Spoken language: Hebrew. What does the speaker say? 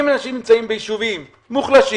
אם אנשים נמצאים ביישובים מוחלשים,